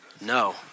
No